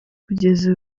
kugeza